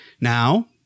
Now